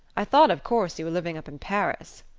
i thought of course you were living up in paris.